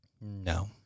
No